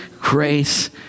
grace